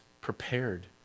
prepared